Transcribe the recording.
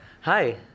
Hi